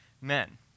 men